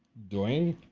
doing.